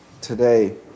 today